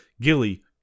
gilly